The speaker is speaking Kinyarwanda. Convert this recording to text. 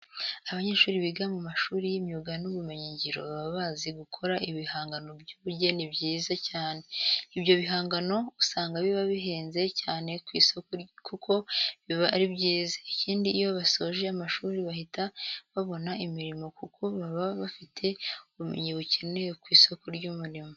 Abanyeshuri biga mu mashuri y'imyuga n'ubumenyingiro baba bazi gukora ibihangano by'ubugeni byiza cyane. Ibyo bihangano usanga biba bihenze cyane ku isoko kuko biba ari byiza. Ikindi iyo basoje amashuri bahita babona imirimo kuko baba bafite ubumenyi bukenewe ku isoko ry'umurimo.